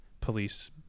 police